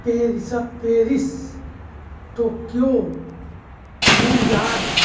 Paris Paris Tokyo New York